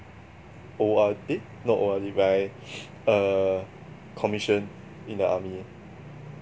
O_R eh not O_R_D when I err commissioned in the army